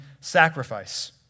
sacrifice